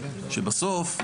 שבסוף,